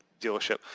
dealership